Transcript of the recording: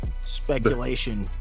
Speculation